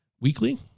weekly